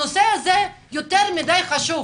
הנושא הזה יותר מידי חשוב.